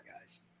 guys